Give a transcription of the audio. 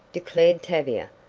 declared tavia.